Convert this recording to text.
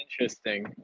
interesting